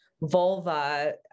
vulva